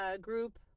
group